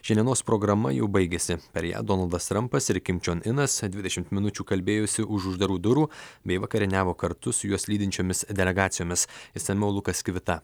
ši dienos programa jau baigėsi per ją donaldas trampas ir kim čion inas dvidešimt minučių kalbėjosi už uždarų durų bei vakarieniavo kartu su juos lydinčiomis delegacijomis išsamiau lukas kivita